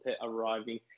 arriving